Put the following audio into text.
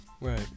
Right